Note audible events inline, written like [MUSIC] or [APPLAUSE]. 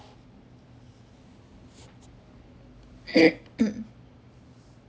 [COUGHS]